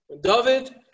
David